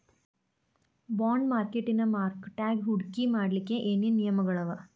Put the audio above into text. Bond ಮಾರ್ಕೆಟಿನ್ ಮಾರ್ಕಟ್ಯಾಗ ಹೂಡ್ಕಿ ಮಾಡ್ಲೊಕ್ಕೆ ಏನೇನ್ ನಿಯಮಗಳವ?